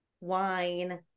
Wine